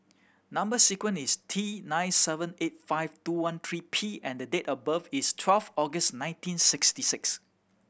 number sequence is T nine seven eight five two one three P and the date of birth is twelve August nineteen sixty six